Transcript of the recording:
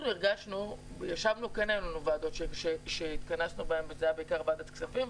כן היו ועדות שהתכנסנו בהן, בעיקר ועדת כספים.